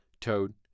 Toad